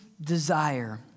desire